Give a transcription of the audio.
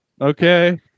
Okay